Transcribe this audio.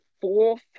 fourth